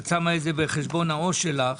את שמה את זה בחשבון העו"ש שלך